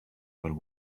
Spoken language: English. but